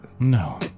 No